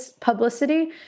publicity